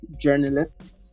journalists